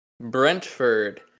Brentford